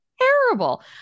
Terrible